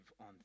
on